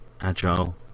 Agile